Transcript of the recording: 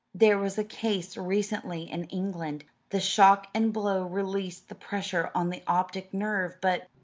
there was a case recently in england. the shock and blow released the pressure on the optic nerve but